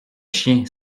chien